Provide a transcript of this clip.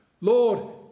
lord